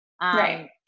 Right